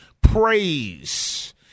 praise